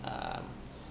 um